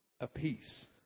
apiece